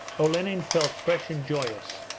olenin felt fresh and joyous,